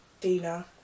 Dina